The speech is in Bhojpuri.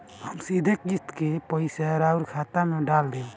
हम सीधे किस्त के पइसा राउर खाता में डाल देम?